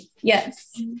Yes